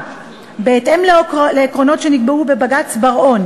בהתאם לעקרונות שנקבעו בבג"ץ בר-און